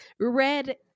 Red